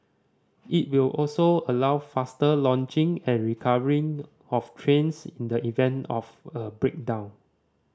it will also allow faster launching and recovery of trains in the event of a breakdown